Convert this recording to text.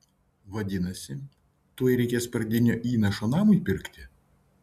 vadinasi tuoj reikės pradinio įnašo namui pirkti